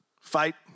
fight